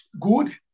good